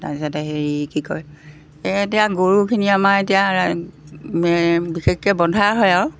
তাৰপিছতে হেৰি কি কয় এই এতিয়া গৰুখিনি আমাৰ এতিয়া বিশেষকৈ বন্ধা হয় আৰু